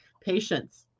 Patience